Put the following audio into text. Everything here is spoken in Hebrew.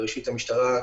המשטרה,